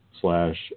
slash